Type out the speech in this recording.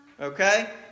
Okay